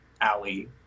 alley